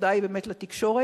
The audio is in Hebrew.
התודה היא באמת לתקשורת.